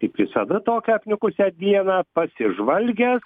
kaip visada tokią apniukusią dieną pasižvalgęs